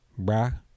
bruh